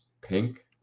pink